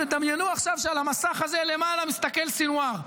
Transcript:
תדמיינו עכשיו שעל המסך הזה למעלה מסתכל סנוואר.